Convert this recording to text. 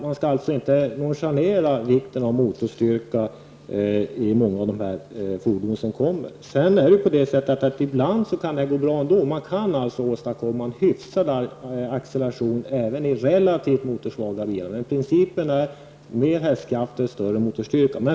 Man skall alltså inte nonchalera vikten av motorstyrka på en del fordon som vi kommer att få framöver. Ibland kan det gå bra ändå, och man kan alltså åstadkomma en hyfsad acceleration även i relativt motorsvaga bilar. Principen är att ju mer hästkrafter, desto större motorstyrka.